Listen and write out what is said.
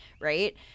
Right